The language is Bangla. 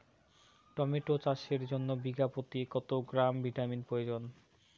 টমেটো চাষের জন্য বিঘা প্রতি কত গ্রাম ভিটামিন প্রয়োজন?